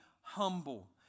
humble